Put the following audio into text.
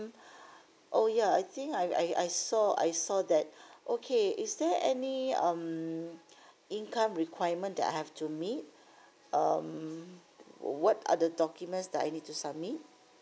oh yeah I think I I I saw I saw that okay is there any um income requirement that I have to meet um what are the documents that I need to submit